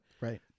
Right